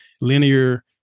linear